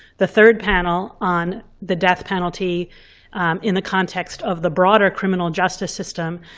the third panel on the death penalty in the context of the broader criminal justice system.